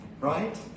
right